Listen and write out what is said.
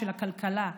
של הכלכלה,